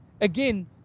Again